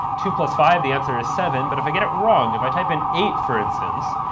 two plus five, the answer is seven. but if i get it wrong, if i type in eight for instance,